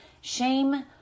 Shame